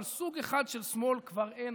אבל סוג אחד של שמאל כבר אין,